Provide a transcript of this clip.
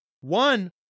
One